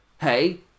hey